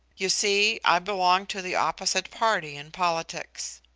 you see, i belong to the opposite party in politics.